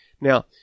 Now